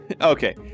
Okay